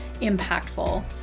impactful